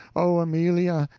oh, amelia!